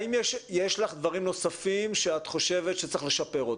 האם יש לך דברים נוספים שאת חושבת שצריך לשפר?